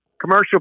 Commercial